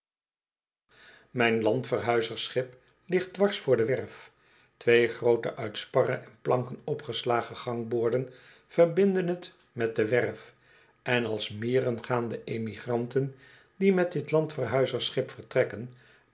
mijn landverhuizersschip ligt dwars voor de werf twee groote uit sparren en planken opgeslagen gangboorden verbinden t met de werf en als mieren gaan de emigranten die met dit landverhuizersschip vertrekken